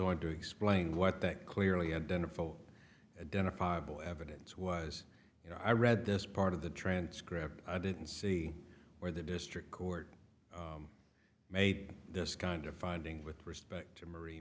on to explain what think clearly and then a full dinner possible evidence was you know i read this part of the transcript i didn't see where the district court made this kind of finding with respect to mari